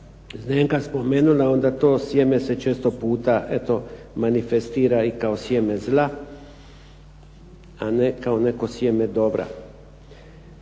Zdenka spomenula, onda to sjeme se često puta eto manifestira i kao sjeme zla, a ne kao neko sjeme dobra.